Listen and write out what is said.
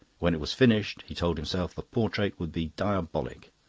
when it was finished, he told himself, the portrait would be diabolic.